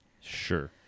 Sure